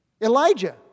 Elijah